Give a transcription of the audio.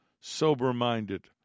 sober-minded